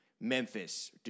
Memphis